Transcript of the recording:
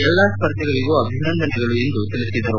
ಎಲ್ಲ ಸ್ಪರ್ಧಿಗಳಿಗೂ ಅಭಿನಂದನೆಗಳು ಎಂದು ತಿಳಿಸಿದರು